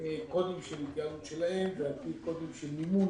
קודים של התייעלות שלהם ועל פי קודים של מימון,